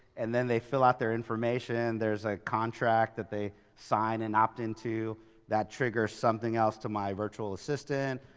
and then they fill out their information, there's a contract that they sign and opt into that trigger something else to my virtual assistant.